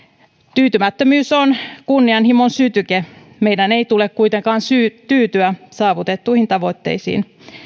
tyytymättömyys on kunnianhimon sytyke meidän ei tule kuitenkaan tyytyä saavutettuihin tavoitteisiin